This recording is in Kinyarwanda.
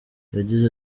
yagize